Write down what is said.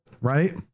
right